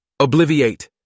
Obliviate